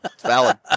valid